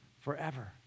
forever